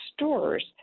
stores